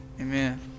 Amen